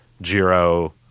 Jiro